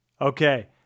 Okay